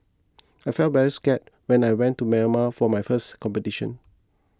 I felt very scared when I went to Myanmar for my first competition